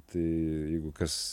tai jeigu kas